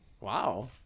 Wow